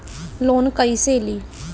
Loan कईसे ली?